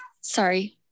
sorry